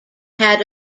had